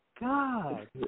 God